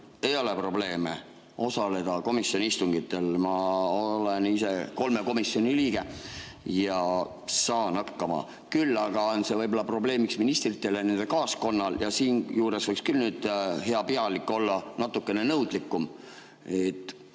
ei ole probleeme osaleda komisjoni istungitel. Ma olen ise kolme komisjoni liige ja saan hakkama. Küll aga on see võib-olla probleemiks ministritele ja nende kaaskonnale. Ja siinjuures võiks küll nüüd hea pealik olla natuke nõudlikum.